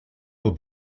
will